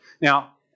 Now